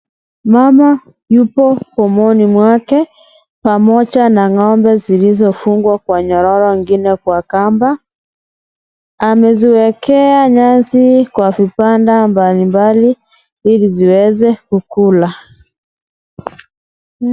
Mama yupo pomoni mwake pamoja na ngombe zilizofungwa kwa nyororo zingine kwa kamba, ameziekea nyasi kwa vibanda mbali mbali ili ziweze kukula.